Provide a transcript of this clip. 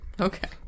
okay